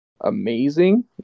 amazing